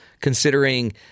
considering